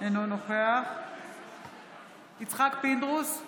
אינו נוכח יצחק פינדרוס,